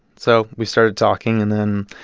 so we started talking. and then